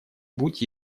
будь